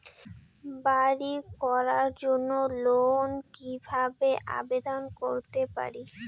বাড়ি করার জন্য লোন কিভাবে আবেদন করতে পারি?